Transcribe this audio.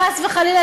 חס וחלילה,